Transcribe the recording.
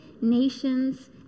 nations